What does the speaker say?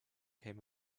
came